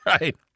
Right